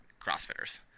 crossfitters